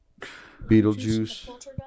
Beetlejuice